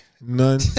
None